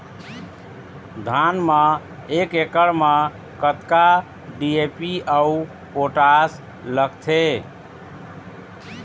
धान म एक एकड़ म कतका डी.ए.पी अऊ पोटास लगथे?